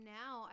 now